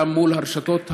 גם מול הרשתות הגדולות,